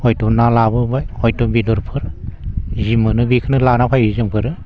हयथ' ना लाबोबाय हयथ' बेदरफोर जि मोनो बेखौनो लाना फैयो जोंफोरो